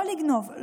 לא לגנוב,